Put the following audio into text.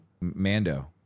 Mando